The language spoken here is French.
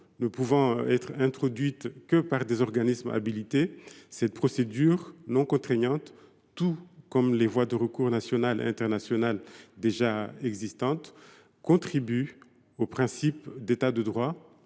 ne pouvant être introduites que par des organismes habilités, cette procédure non contraignante contribue, tout comme les voies de recours nationales et internationales déjà existantes, au principe de l’État de droit,